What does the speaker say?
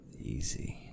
Easy